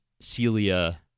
Celia